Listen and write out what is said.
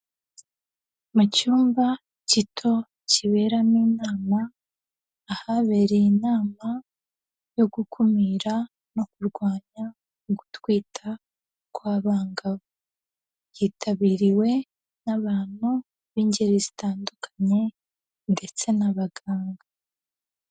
Mu cyumba gito kiberamo inama ahabereye inama yo gukumira no kurwanya gutwita kw'abangavu, yitabiriwe n'abantu b'ingeri zitandukanye ndetse n'abaganga.